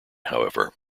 however